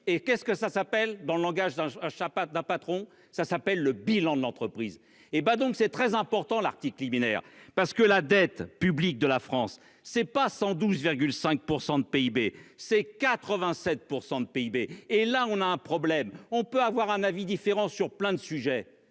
Et qu'est-ce que ça s'appelle dans le langage dans un Chapatte d'un patron, ça s'appelle le bilan de l'entreprise. Et ben donc c'est très important. L'article liminaire parce que la dette publique de la France c'est pas 112 5 % de PIB, c'est 87% de PIB. Et là on a un problème on peut avoir un avis différent sur plein de sujets